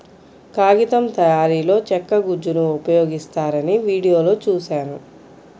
కాగితం తయారీలో చెక్క గుజ్జును ఉపయోగిస్తారని వీడియోలో చూశాను